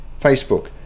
Facebook